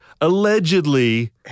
allegedly